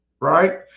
Right